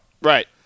Right